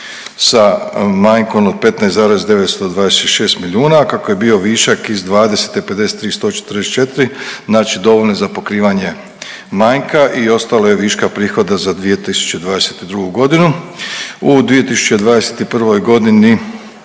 sa manjkom od 15,926 milijuna a kako je bio višak iz 2020. 53 144 znači dovoljno je za pokrivanje manjka i ostalo je viška prihoda za 2022.g.. U 2021.g.